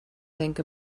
think